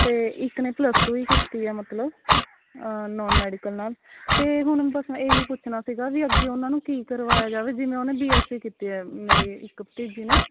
ਅਤੇ ਇੱਕ ਨੇ ਪਲੱਸ ਟੂ ਹੀ ਕੀਤੀ ਹੈ ਮਤਲਬ ਨੋਨ ਮੈਡੀਕਲ ਨਾਲ਼ ਅਤੇ ਹੁਣ ਬੱਸ ਮੈਂ ਇਹ ਹੀ ਪੁੱਛਣਾ ਸੀਗਾ ਵੀ ਅੱਗੇ ਉਹਨਾਂ ਨੂੰ ਕੀ ਕਰਵਾਇਆ ਜਾਵੇ ਜਿਵੇਂ ਉਹਨੇ ਬੀ ਐੱਸ ਸੀ ਕੀਤੀ ਹੈ ਮੇਰੀ ਇੱਕ ਭਤੀਜੀ ਨੇ